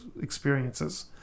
experiences